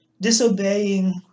disobeying